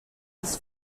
his